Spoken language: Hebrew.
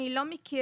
אני לא מכירה